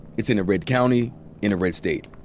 it's in a red county in a red state.